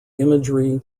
imagery